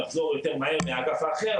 יחזור יותר מהר מהאגף האחר,